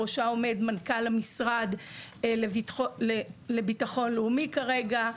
בראשה עומד מנכ"ל המשרד לביטחון לאומי כרגע.